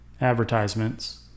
advertisements